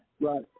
Right